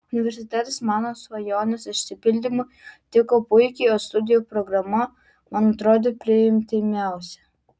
universitetas mano svajonės išsipildymui tiko puikiai o studijų programa man atrodė priimtiniausia